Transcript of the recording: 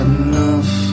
enough